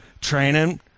training